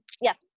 Yes